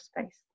space